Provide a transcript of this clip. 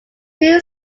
two